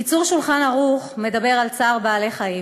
"קיצור שולחן ערוך" מדבר על צער בעלי-חיים